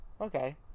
Okay